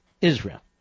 Israel